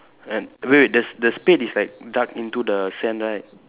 and wait wait the the spade is like dugged into the sand right